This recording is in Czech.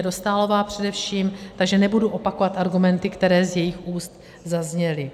Dostálová především, takže nebudu opakovat argumenty, které z jejích úst zazněly.